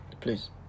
Please